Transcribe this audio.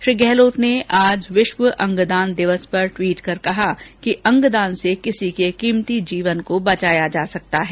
श्री गहलोत ने आज विश्व अंगदान दिवस पर ट्वीट कर कहा कि अंगदान से किसी के कीमती जीवन को बचाया जा सकता है